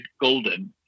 Golden